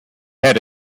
had